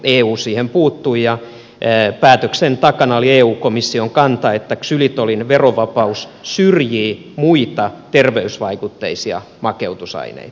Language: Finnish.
eu siihen puuttui ja päätöksen takana oli eu komission kanta että ksylitolin verovapaus syrjii muita terveysvaikutteisia makeutusaineita